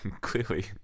clearly